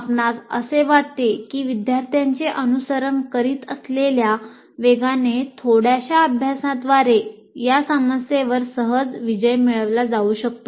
आपणास असे वाटते की विद्यार्थ्यांचे अनुसरण करीत असलेल्या वेगाने थोड्याशा अभ्यासाद्वारे या समस्येवर सहज विजय मिळविला जाऊ शकतो